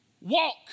walk